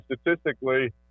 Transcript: statistically